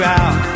out